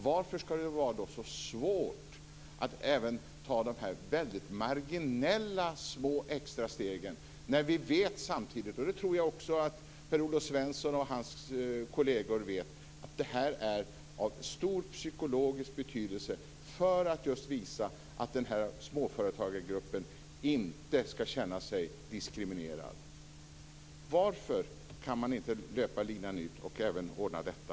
Varför ska det då vara så svårt att ta även dessa marginella små extra steg, när vi samtidigt vet - det tror jag att även Per-Olof Svensson och hans kolleger vet - att detta är av stor psykologisk betydelse för att just visa att den här småföretagargruppen inte ska känna sig diskriminerad? Varför kan man inte löpa linan ut och även ordna detta?